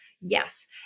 Yes